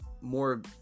more